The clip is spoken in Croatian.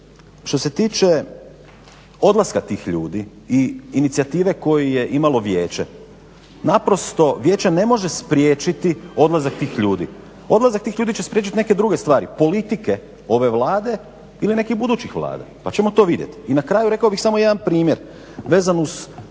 Što se tiče odlaska tih ljudi i inicijative koju je imalo vijeće, naprosto vijeće ne može spriječiti odlazak tih ljudi, odlazak tih ljudi će spriječiti neke druge stvari, politike ove Vlade ili nekih budućih Vlada pa ćemo to vidjeti. I na kraju rekao bih samo jedan primjer vezano uz